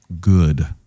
good